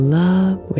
love